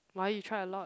why you try a lot